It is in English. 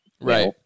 Right